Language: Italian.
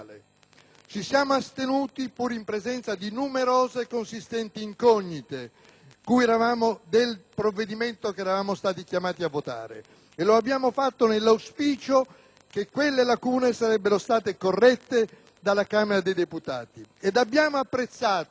del provvedimento che eravamo stati chiamati a votare, e lo abbiamo fatto nell'auspicio che quelle lacune sarebbero state corrette della Camera dei deputati. Abbiamo apprezzato, anche quando non condividevamo i contenuti e la sostanza,